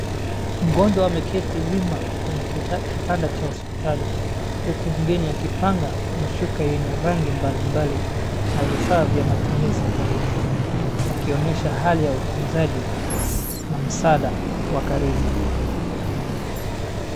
Mgonjwa ameketi wima kwenye kitanda cha hospitali huku mgeni akipanga mashuka yenye rangi mbalimbali na vifaa vya matumizi karibu, wakionyesha hali ya utunzani na msaada wa karibu.